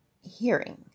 hearing